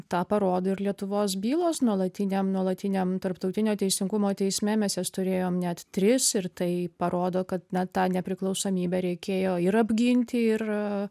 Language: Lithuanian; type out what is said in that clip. tą parodo ir lietuvos bylos nuolatiniam nuolatiniam tarptautinio teisingumo teisme mes jas turėjom net tris ir tai parodo kad na tą nepriklausomybę reikėjo ir apginti ir